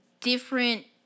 different